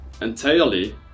entirely